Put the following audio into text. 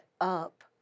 up